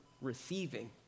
receiving